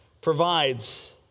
provides